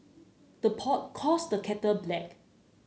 the pot calls the kettle black